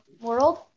world